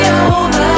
over